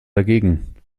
dagegen